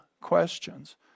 questions